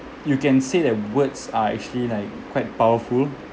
you can say that words are actually like quite powerful